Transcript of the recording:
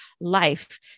life